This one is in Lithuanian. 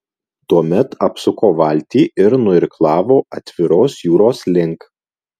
tuomet apsuko valtį ir nuirklavo atviros jūros link